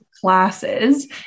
classes